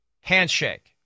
Handshake